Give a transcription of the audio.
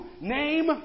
name